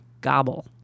gobble